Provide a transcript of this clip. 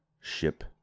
ship